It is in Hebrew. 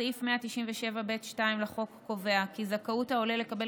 סעיף 197ב(2) לחוק קובע כי זכאות העולה לקבל